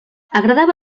agradava